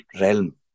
realm